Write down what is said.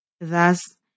Thus